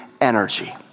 energy